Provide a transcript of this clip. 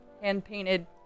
hand-painted